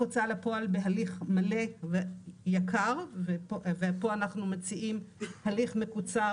הוצאה לפועל בהליך מלא ויקר - פה אנחנו מציעים הליך מקוצר,